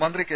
മന്ത്രി കെ